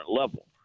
level